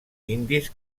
indis